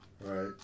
Right